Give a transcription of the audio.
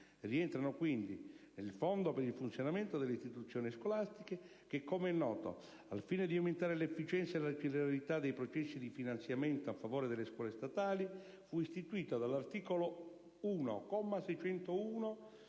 rientrano, quindi, nel Fondo per il funzionamento delle istituzioni scolastiche che, come è noto, al fine di aumentare l'efficienza e la celerità dei processi di finanziamento a favore delle scuole statali, fu istituito dall'articolo 1,